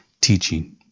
teaching